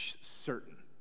certain